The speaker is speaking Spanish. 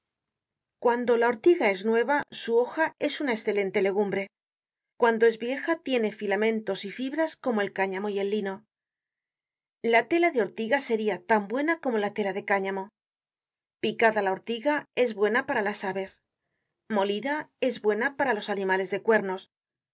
guando la ortiga es nueva su hoja es una escelente legumbre cuando es vieja tiene filamentos y fibras como el cáñamo y el lino la tela de ortiga seria tan buena como la tela de cáñamo picada la ortiga es buena para las aves molida es buena para los animales de cuernos